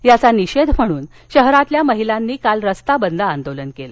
याचा निषेध म्हणून शहरातल्या महिलांनी काल रास्ताबंद आंदोलन केलं